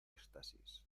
éxtasis